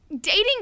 dating